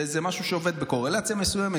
זה משהו שעובד בקורלציה מסוימת.